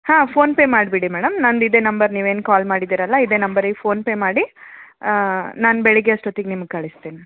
ಹಾಂ PhonePe ಮಾಡಿಬಿಡಿ madam ನಂದು ಇದೆ ನಂಬರ್ ನೀವೇನು ಕಾಲ್ ಮಾಡಿದ್ದೀರಲ್ಲಇದೇ ನಂಬರಿಗೆ ಫೋನ್ ಪೇ ಮಾಡಿ ನಾನು ಬೆಳಗ್ಗೆ ಅಷ್ಟೊತ್ತಿಗೆ ನಿಮ್ಗೆ ಕಳಿಸ್ತೀನಿ